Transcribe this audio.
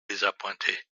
désappointé